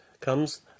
comes